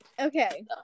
Okay